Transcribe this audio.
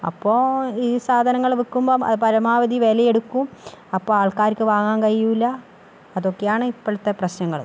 അപ്പോൾ ഈ സാധനങ്ങള് വിൽക്കുമ്പോൾ പരമാവധി വിലയെടുക്കും അപ്പം ആൾക്കാർക്ക് വാങ്ങാൻ കഴിയുകയില്ല അതൊക്കെയാണ് ഇപ്പഴത്തെ പ്രശ്നങ്ങൾ